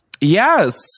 Yes